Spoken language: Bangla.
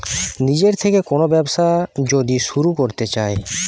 নিজের থেকে কোন ব্যবসা যদি শুরু করতে চাই